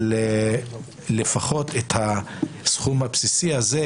אבל לפחות הסכום הבסיסי הזה